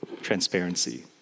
transparency